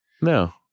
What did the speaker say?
No